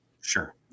Sure